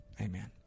Amen